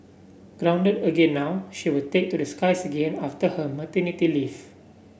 grounded again now she will take to the skies again after her maternity leave